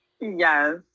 Yes